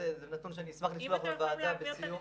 זה נתון שאני אשמח לשלוח לוועדה בסיום